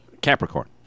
Capricorn